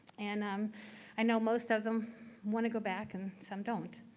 and um i know most of them want to go back and some don't,